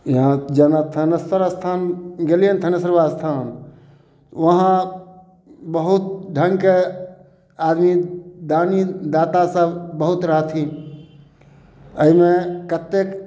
यहाँ जेना थानेश्वर स्थान गेलियै ने थानेश्वर बाबा स्थान वहाँ बहुत ढंगके आदमी दानी दाता सब बहुत रहथिन एहिमे कतेक